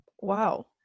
Wow